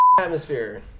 atmosphere